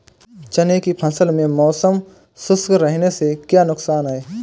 चने की फसल में मौसम शुष्क रहने से क्या नुकसान है?